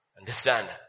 Understand